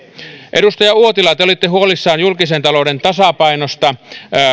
edustaja uotila te olitte huolissanne julkisen talouden tasapainosta